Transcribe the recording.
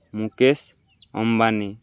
Mukesh Ambani